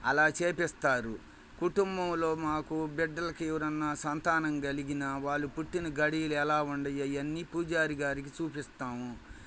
అలా చేయిస్తారు కుటుంబంలో మాకు బిడ్డలకి ఎవరైనా సంతానం కలిగినా వాళ్ళు పుట్టిన గడియలు ఎలా ఉన్నాయి అవన్నీ పూజారి గారికి చూపిస్తాము